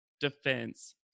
defense